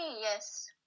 yes